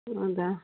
ಹೌದಾ